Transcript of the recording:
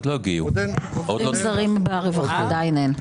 עדיין אין.